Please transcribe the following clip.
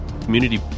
community